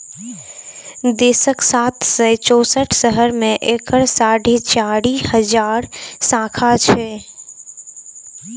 देशक सात सय चौंसठ शहर मे एकर साढ़े चारि हजार शाखा छै